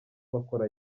bakora